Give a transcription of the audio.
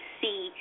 see